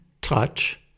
touch